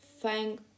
thank